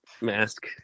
mask